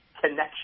connection